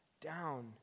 down